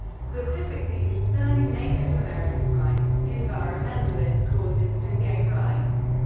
specifically concerning native american rights, environmentalist causes, and gay rights.